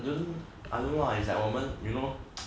you don't I don't know lah it's like 我们 you know